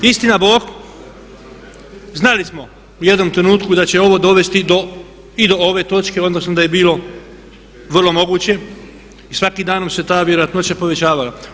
Istina Bog, znali smo u jednom trenutku da će ovo dovesti do i do ove točke odnosno da je bilo vrlo moguće i svakim danom se ta vjerojatnoća povećavala.